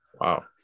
Wow